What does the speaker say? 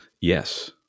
Yes